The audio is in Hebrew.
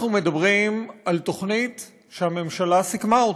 אנחנו מדברים על תוכנית שהממשלה סיכמה אותה,